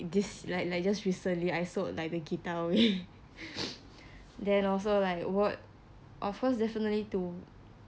this like like just recently I sold like the guitar away then also like work of course definitely to